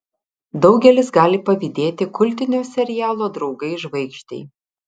daugelis gali pavydėti kultinio serialo draugai žvaigždei